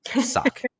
suck